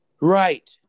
Right